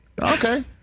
Okay